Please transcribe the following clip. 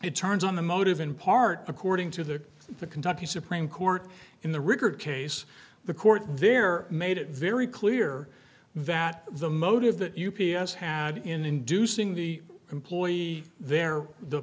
it turns on the motive in part according to the kentucky supreme court in the richard case the court there made it very clear that the motive that u p s had in inducing the employee there the